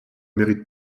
mérite